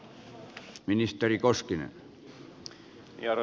arvoisa herra puhemies